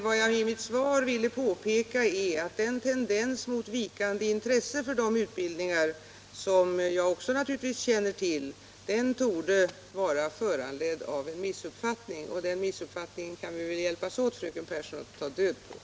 Vad jag i mitt svar ville påpeka var att den tendens mot vikande intresse för det slaget av utbildning, som jag naturligtvis också känner till, torde vara föranledd av en missuppfattning, och den missuppfattningen kan vi väl hjälpas åt att ta död på, fröken Pehrsson.